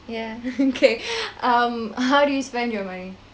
yeah okay um how do you spend your money